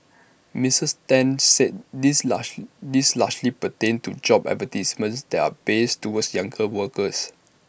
Mrs ten said these large these largely pertained to job advertisements that are biased towards younger workers